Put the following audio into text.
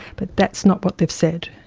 but that's not what they've said.